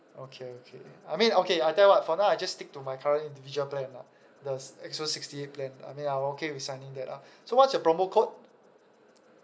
okay okay I mean okay I tell you what for now I just stick to my current individual plan lah the X_O sixty eight plan I mean I'm okay with signing that up so what's your promo code